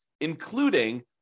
including